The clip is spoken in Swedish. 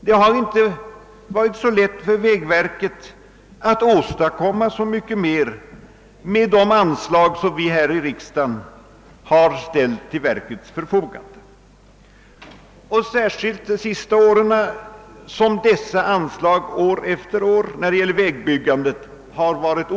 Det har inte varit lätt för vägverket att göra så mycket mer med de anslag som vi här i riksdagen har ställt till verkets förfogande. De anslagen har under de senaste åren varit av oförändrad storleksordning när det gäller vägbyggandet.